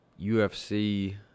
UFC